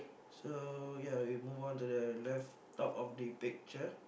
so ya we move on to the left top of the picture